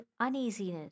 uneasiness